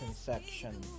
section